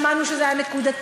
שמענו שזה היה נקודתי,